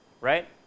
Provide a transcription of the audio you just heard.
Right